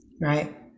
Right